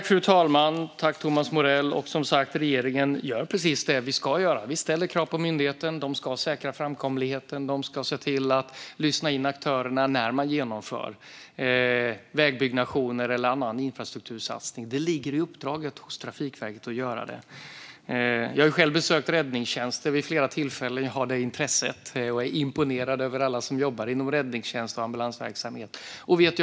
Fru talman! Som sagt: Från regeringens sida gör vi precis det vi ska göra. Vi ställer krav på myndigheten - de ska säkra framkomligheten och lyssna in aktörerna när vägbyggnationer eller andra infrastruktursatsningar genomförs. Det ligger i Trafikverkets uppdrag att göra detta. Jag har själv besökt räddningstjänster vid flera tillfällen - jag har det intresset - och är imponerad av alla som jobbar inom räddningstjänsten och ambulansverksamheten.